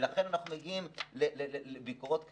לכן אנחנו מגיעים לכך שמונחות ביקורות כאלה.